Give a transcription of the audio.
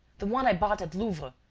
the one i bought at louvre.